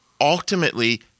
ultimately